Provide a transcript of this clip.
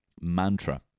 mantra